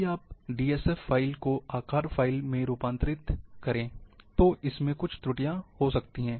यदि आप D S F file को आकार फ़ाइल में रूपांतरित करें तो इसमें कुछ त्रुटियां हो सकती हैं